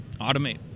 automate